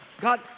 God